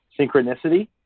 synchronicity